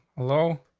hello.